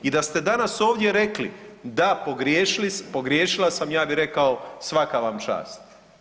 I da ste danas ovdje rekli da pogriješila sam, ja bi rekao svaka vam čast.